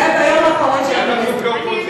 זה היה ביום האחרון של הכנסת.